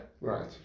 Right